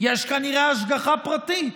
יש כנראה השגחה פרטית: